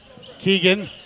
Keegan